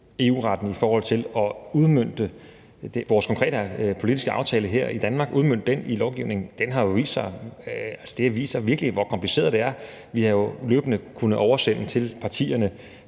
EU-retten i forhold til at udmønte vores konkrete politiske aftale her i Danmark i lovgivningen. Det har virkelig vist, hvor kompliceret det er. Vi har jo løbende til partierne